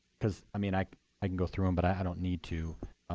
because i mean i i can go through them, but i don't need to.